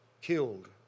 killed